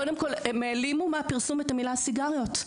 קודם כל הם העלימו מהפרסום את המילה סיגריות,